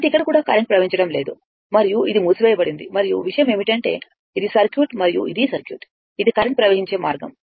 కాబట్టి ఇక్కడ కూడా కరెంట్ ప్రవహించడం లేదు మరియు ఇది మూసివేయబడింది మరియు విషయం ఏమిటంటే ఇది సర్క్యూట్ మరియు ఇది సర్క్యూట్ ఇది కరెంట్ ప్రవహించే మార్గం